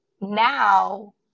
now